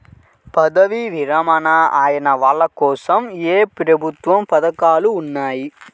పదవీ విరమణ అయిన వాళ్లకోసం ఏ ప్రభుత్వ పథకాలు ఉన్నాయి?